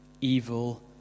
evil